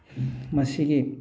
ꯃꯁꯤꯒꯤ